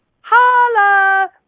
holla